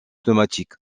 pneumatique